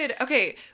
Okay